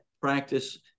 practice